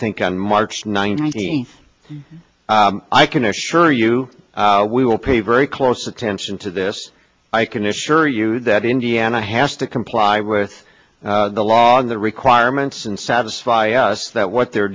think on march nineteenth i can assure you we will pay very close attention to this i can assure you that indiana has to comply with the law the requirements and satisfy us that what they're